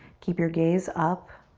keep your gaze up,